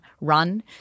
run